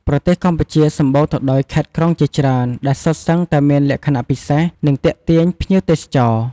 ប្រទេសកម្ពុជាសម្បូរទៅដោយខេត្តក្រុងជាច្រើន ដែលសុទ្ធសឹងតែមានលក្ខណៈពិសេស និងទាក់ទាញភ្ញៀវទេសចរ។